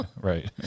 Right